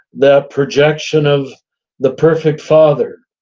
that projection of the perfect father.